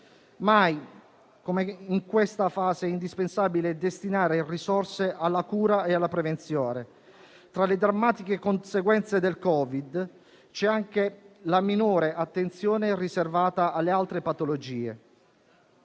Mai come in questa fase è indispensabile destinare risorse alla cura e alla prevenzione. Tra le drammatiche conseguenze del Covid c'è anche la minore attenzione riservata alle altre patologie.